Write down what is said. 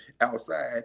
outside